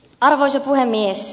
arvoisa puhemies